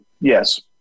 yes